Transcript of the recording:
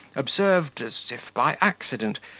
observed, as if by accident,